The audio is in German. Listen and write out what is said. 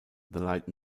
light